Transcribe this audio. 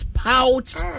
pouched